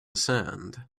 sand